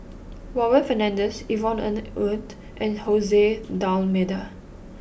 Warren Fernandez Yvonne Ng Uhde and Jose D'almeida